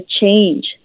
change